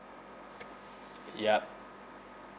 yup